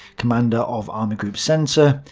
commander of army group centre,